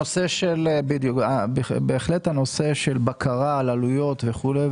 הנושא של בקרה על עלויות וכולי,